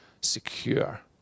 secure